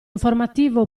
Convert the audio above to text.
informativo